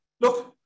look